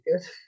good